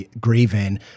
grieving